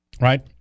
right